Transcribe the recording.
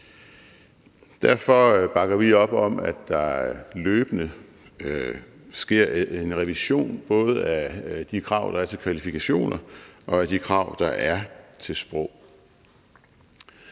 Derfor bakker vi op om, at der løbende sker en revision af både de krav, der er til kvalifikationer, og de krav, der er til sprog.